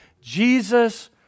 Jesus